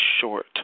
short